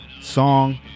song